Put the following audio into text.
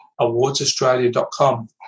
awardsaustralia.com